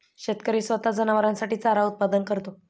शेतकरी स्वतः जनावरांसाठी चारा उत्पादन करतो